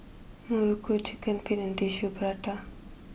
Muruku Chicken Feet and Tissue Prata